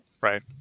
Right